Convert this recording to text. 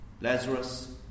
Lazarus